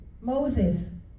Moses